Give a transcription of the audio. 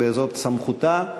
וזאת סמכותה.